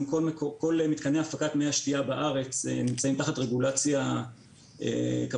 כל מתקני הפקת מי השתייה בארץ נמצאים תחת רגולציה קפדנית